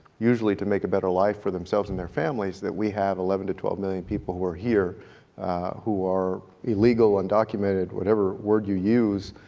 usually to make a better life for themselves and their families, that we have eleven to twelve million people who are here who are illegal illegal, undocumented, whatever word you use.